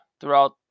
throughout